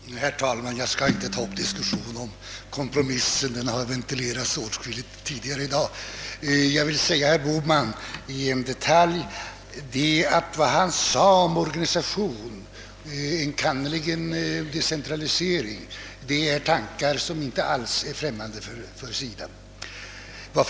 Herr talman! Jag skall inte ta upp diskussion om kompromissen; den har ventilerats åtskilligt tidigare i dag. Jag vill bara beträffande en detalj i herr Bohmans anförande framhålla för honom, att vad han sade om organisation, enkannerligen decentralisering, inte alls är tankar som är främmande för SIDA.